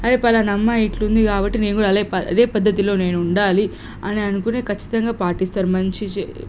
అరే ఫలానా అమ్మాయి ఇట్లుంది కాబట్టి నేను కూడా అదే పద్దతిలో నేను ఉండాలి అని అనుకోని ఖచ్చితంగా పాటిస్తారు మంచి చెడు